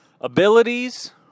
abilities